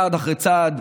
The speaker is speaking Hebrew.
צעד אחרי צעד,